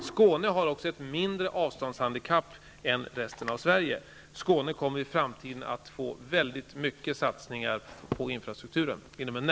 Skåne har ett mindre avståndshandikapp än resten av Sverige. Skåne kommer inom en nära framtid att få många satsningar på infrastrukturen.